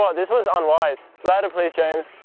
um this was unwise, ladder please james.